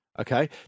Okay